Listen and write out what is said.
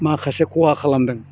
माखासे खहा खालामदों